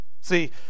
See